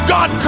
God